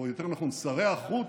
או יותר נכון שרי החוץ,